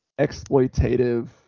exploitative